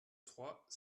trois